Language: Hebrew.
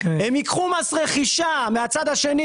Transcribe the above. הם ייקחו מס רכישה מהצד השני,